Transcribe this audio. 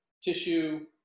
tissue